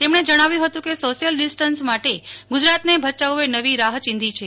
તેમણે જણાવ્યું હતું કે સોશિયલ ડિસ્ટન્સ માટે ગુજરાતને ભયાઉએ નવી રાહ ચીંધી છે